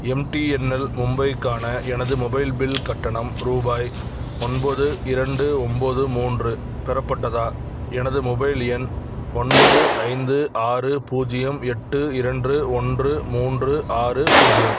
MTNL மும்பைக்கான எனது mobile bill கட்டணம் ரூபாய் ஒன்பது இரண்டு ஒம்பது மூன்று பெறப்பட்டதா எனது மொபைல் எண் ஒன்பது ஐந்து ஆறு பூஜ்யம் எட்டு இரண்டு ஒன்று மூன்று ஆறு பூஜ்யம்